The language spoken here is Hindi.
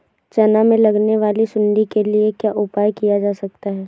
चना में लगने वाली सुंडी के लिए क्या उपाय किया जा सकता है?